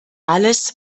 alles